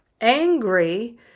angry